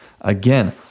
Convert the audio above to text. Again